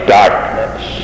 darkness